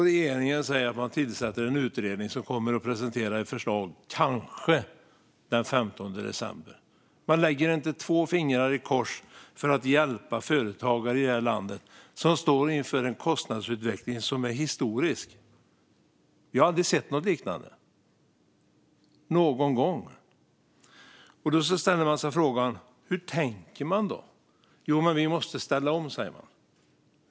Regeringen säger att den tillsätter en utredning som kanske kommer att presentera ett förslag den 15 december. Man lägger inte två fingrar i kors för att hjälpa företagare i det här landet som står inför en kostnadsutveckling som är historisk. Vi har aldrig sett något liknande någon gång. Man ställer sig frågan: Hur tänker man? Vi måste ställa om, säger man.